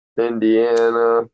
Indiana